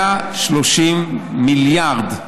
130 מיליארד.